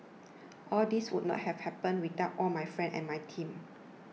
all this would not have happened without all my friends and my team